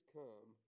come